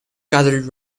gathered